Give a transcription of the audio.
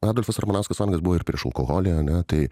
adolfas ramanauskas vanagas buvo prieš alkoholį ane tai